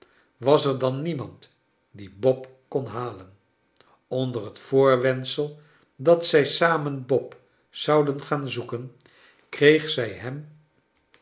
was er dan niemand die bob kon halen onder het voorwendsel dat zij samen bob zouden gaan zoeken kreeg zij hem